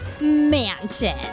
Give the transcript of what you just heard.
mansion